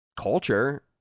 culture